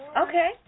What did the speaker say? Okay